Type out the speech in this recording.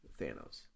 Thanos